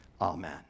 amen